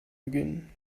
beginnen